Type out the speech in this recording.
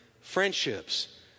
friendships